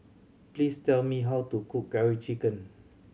please tell me how to cook Curry Chicken